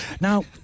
now